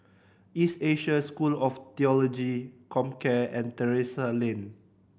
East Asia School of Theology Comcare and Terrasse Lane